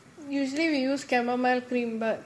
usually we use chamomile cream but